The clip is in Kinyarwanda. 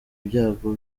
ibyago